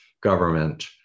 government